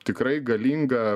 tikrai galinga